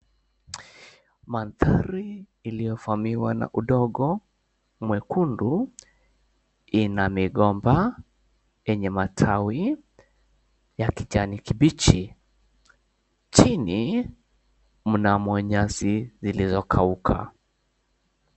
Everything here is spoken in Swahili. Mandhari iliyovamiwa na udongo mwekundu ina migomba yenye matawi ya kijani kibichi. Chini mna manyasi zilizokauka.